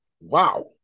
wow